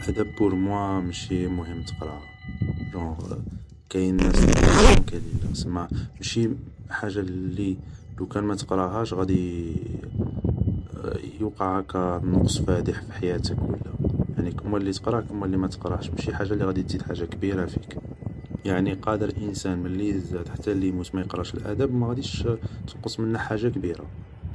الادب بور موا مشي مهم تقراها, جونغ كاين ناس تانتيريسهم كاين لا, سما ماشي حاجة لي وكان متقراهاش غادي يوقع هاكا نقص فادح في حياتك ولا, كيما لي تقراه كيما لي ماتقراهش, ماشي حاجة لي غادي تزيد حاجة كبيرة فيك, يعني قادر انسان ملي يزاد ملي يموت ما يقراش ادب, ما غاديش تنقص منه حاجة كبيرة